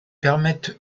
permettent